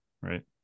right